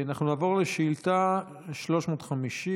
נעבור לשאילתה 350,